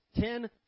ten